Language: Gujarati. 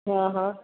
અહં